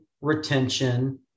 retention